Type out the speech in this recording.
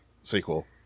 sequel